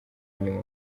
inyuma